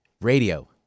Radio